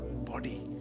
body